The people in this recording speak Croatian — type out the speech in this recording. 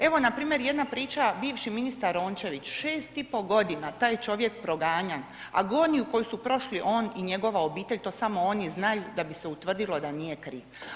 Evo, npr. jedna priča, bivši ministar Rončević, 6,5 godina taj čovjek proganjan, agoniju koji su prošli on i njegova obitelj, to samo oni znaju da bi se utvrdilo da nije kriv.